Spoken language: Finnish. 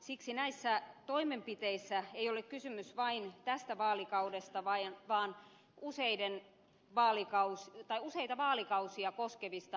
siksi näissä toimenpiteissä ei ole kysymys vain tästä vaalikaudesta vaan useita vaalikausia koskevista ratkaisuista